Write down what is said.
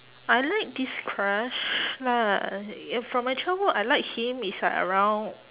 I like this crush ya from my childhood I like him is like around